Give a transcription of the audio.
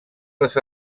les